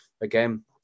Again